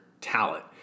talent